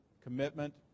commitment